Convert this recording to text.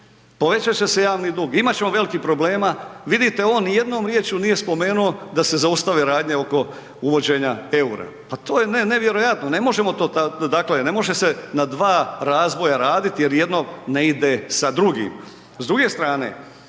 povećat će se javni dug, imat ćemo velikih problema. Vidite on nijednom riječju nije spomenuo da se zaustave radnje oko uvođenja eura, pa to je nevjerojatno, ne može se na dva razvoja raditi jer jedno ne ide sa drugim.